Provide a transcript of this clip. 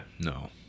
no